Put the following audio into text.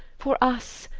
for us,